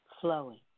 flowing